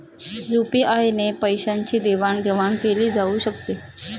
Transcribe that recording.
UPI ने पैशांची देवाणघेवाण केली जाऊ शकते